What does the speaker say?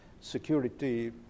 security